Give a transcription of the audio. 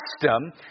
custom